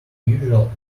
unusual